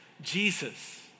Jesus